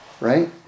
right